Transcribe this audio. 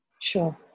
Sure